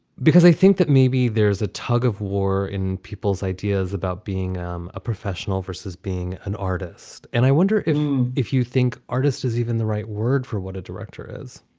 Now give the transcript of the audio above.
because i think that maybe there's a tug of war in people's ideas about being um a professional versus being an artist and i wonder if if you think artist is even the right word for what a director is